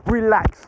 Relax